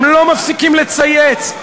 הם לא מפסיקים לצייץ.